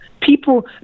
people